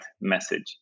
message